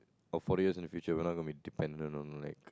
of fortlios in the future when I got been dependent or not like